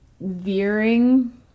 veering